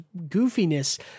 goofiness